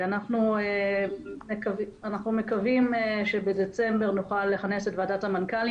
אנחנו מקווים שבדצמבר נוכל לכנס את ועדת המנכ"לים